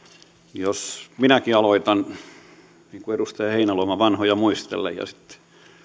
jos minäkin aloitan niin kuin edustaja heinäluoma vanhoja muistellen ja sitten